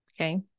okay